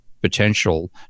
potential